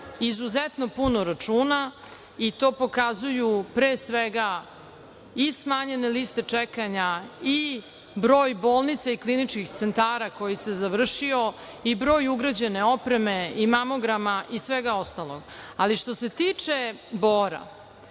izuzetno puno računa i to pokazuju pre svega smanjene liste čekanja i broj bolnici i kliničkih centara koji se završio i broj ugrađene opreme i mamograma i svega ostalog. Što se tiče Bora,